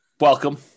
Welcome